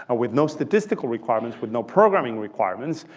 ah with no statistical requirements, with no programming requirements,